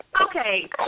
Okay